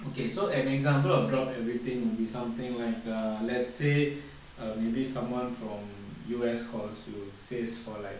okay so an example of drop everything would be something like err let's say err maybe someone from U_S calls you says for like